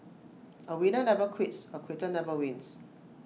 A winner never quits A quitter never wins